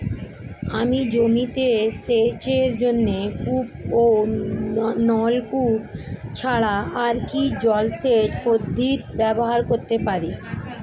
আমি জমিতে সেচের জন্য কূপ ও নলকূপ ছাড়া আর কি জলসেচ পদ্ধতি ব্যবহার করতে পারি?